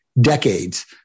decades